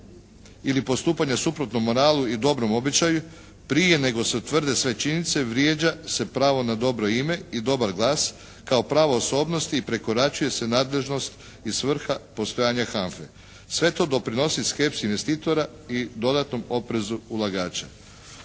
ili postupanja suprotnog moralu i dobrom običaju prije nego se utvrde sve činjenice vrijeđa se pravo na dobro ime i dobar glas kao pravo osobnosti i prekoračuje se nadležnost i svrha postojanja HANFA-e. Sve to doprinosi skepsi investitora i dodatnom oprezu ulagača.